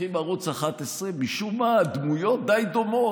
פותחים ערוץ 11. משום מה, הדמויות די דומות.